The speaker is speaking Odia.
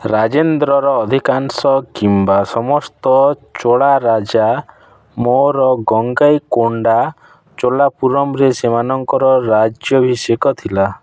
ରାଜେନ୍ଦ୍ରର ଅଧିକାଂଶ କିମ୍ବା ସମସ୍ତ ଚୋଲା ରାଜା ମୋର ଗଙ୍ଗାଇକୋଣ୍ଡା ଚୋଲାପୁରମରେ ସେମାନଙ୍କର ରାଜ୍ୟଭିଷେକ ଥିଲା